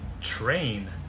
train